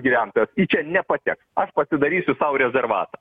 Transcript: gyventojas į čia nepateks aš atidarysiu sau rezervatą